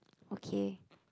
okay